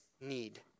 need